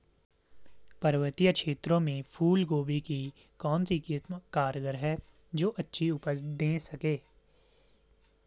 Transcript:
पर्वतीय क्षेत्रों में फूल गोभी की कौन सी किस्म कारगर है जो अच्छी उपज दें सके?